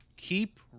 keep